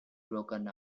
broken